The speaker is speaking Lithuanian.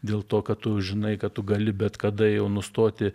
dėl to kad tu žinai kad tu gali bet kada jau nustoti